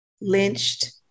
lynched